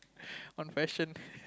on passion